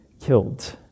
killed